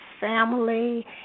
family